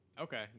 Okay